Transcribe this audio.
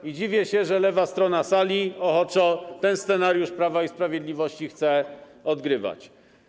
I dziwię się, że lewa strona sali ochoczo ten scenariusz Prawa i Sprawiedliwości chce odgrywać.